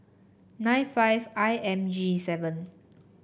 nine five I M G seven